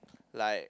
like